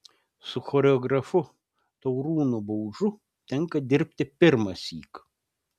su choreografu taurūnu baužu tenka dirbti pirmąsyk